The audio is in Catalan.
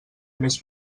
més